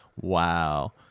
Wow